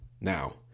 now